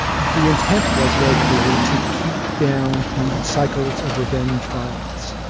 the intent was very clearly to keep down the cycles of revenge violence.